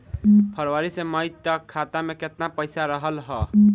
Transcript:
फरवरी से मई तक खाता में केतना पईसा रहल ह?